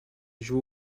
joue